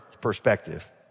perspective